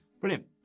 Brilliant